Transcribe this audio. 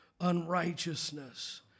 unrighteousness